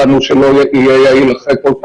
ומיידית לאזרחי ותושבי המדינה